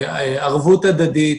ערבות הדדית,